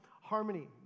harmony